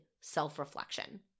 self-reflection